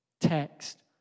text